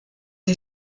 die